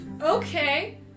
Okay